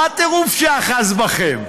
מה הטירוף שאחז בכם?